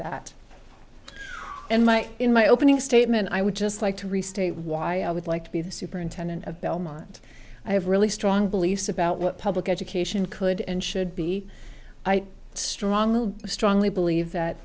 that and my in my opening statement i would just like to restate why i would like to be the superintendent of belmont i have really strong beliefs about what public education could and should be i strongly strongly believe that